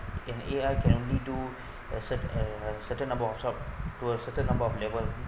an A_I can only do a cer~ a certain about up to a certain about level